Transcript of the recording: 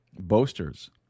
Boasters